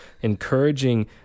encouraging